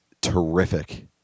terrific